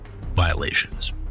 violations